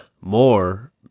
more